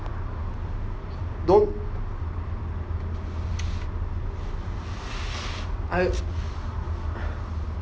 don't I